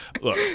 look